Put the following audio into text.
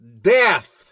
death